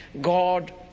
God